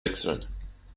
wechseln